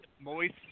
moist